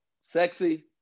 sexy